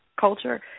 culture